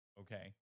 okay